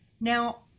now